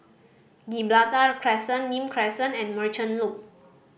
Gibraltar Crescent Nim Crescent and Merchant Loop